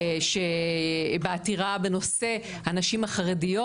וגם ראינו את זה בעתירה בנושא הנשים החרדיות.